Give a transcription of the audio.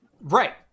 Right